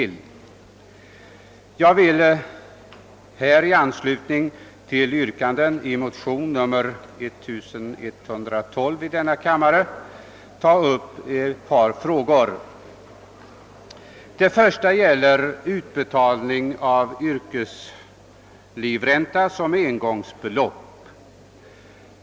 Jag vill här i anslutning till yrkandet i motion II: 1112 ta upp ett par frågor. Den första gäller utbetalningen av livränta som engångsbelopp.